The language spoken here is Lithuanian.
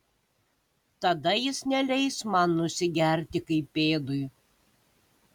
tada jis neleis man nusigerti kaip pėdui